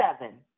Seven